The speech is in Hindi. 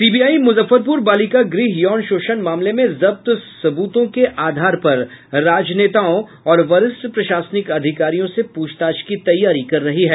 सीबीआई मुजफ्फरपुर बालिका गृह यौन शोषण मामले में जब्त सबूतों के आधार पर राजनेताओं और वरिष्ठ प्रशासनिक अधिकारियों से पूछताछ की तैयारी कर रही है